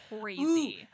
crazy